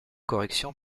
correction